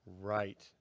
right